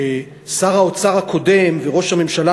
הארגון ששר האוצר הקודם וראש הממשלה